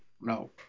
no